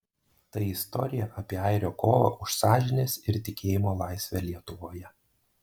tai istorija apie airio kovą už sąžinės ir tikėjimo laisvę lietuvoje